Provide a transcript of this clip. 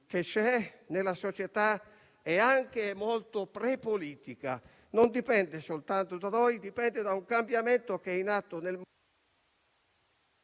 che c'è nella società è anche molto prepolitica: non dipende soltanto da noi, ma da un cambiamento in atto in una